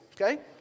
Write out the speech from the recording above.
okay